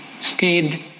stayed